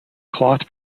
cloth